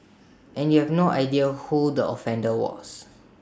and you have no idea who the offender was